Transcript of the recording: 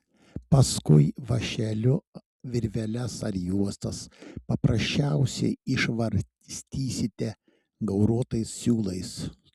paskui vąšeliu virveles ar juostas paprasčiausiai išvarstysite gauruotais siūlais